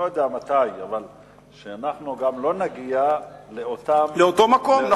שלא נגיע לאותם, לאותו מקום.